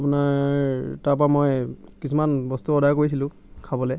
আপোনাৰ তাৰ পৰা মই কিছুমান বস্তু অৰ্ডাৰ কৰিছিলোঁ খাবলৈ